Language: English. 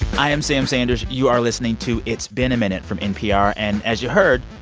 i am sam sanders. you are listening to it's been a minute from npr. and as you heard,